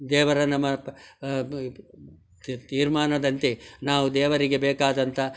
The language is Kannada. ದೇವರನ್ನ ಮಪ ತೀರ್ಮಾನದಂತೆ ನಾವು ದೇವರಿಗೆ ಬೇಕಾದಂಥ